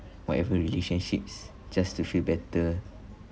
whatever relationships just to feel better